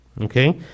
Okay